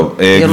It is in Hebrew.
אוקיי, כבוד